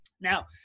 Now